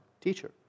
teacher